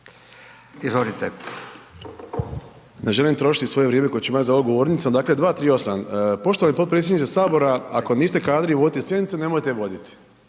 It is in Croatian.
izvolite.